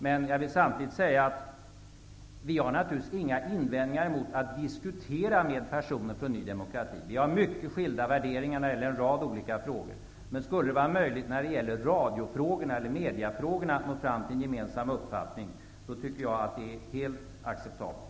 Men jag vill samtidigt säga att vi naturligtvis inte har några invändningar mot att diskutera med personer från Ny demokrati. Vi har mycket skilda värderingar när det gäller en rad olika frågor. Men om det skulle vara möjligt att nå fram till en gemensam uppfattning när det gäller mediafrågorna, tycker jag att det är helt acceptabelt.